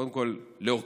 קודם כול להכיר